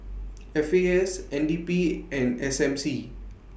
F A S N D P and S M C